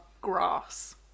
grass